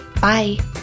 Bye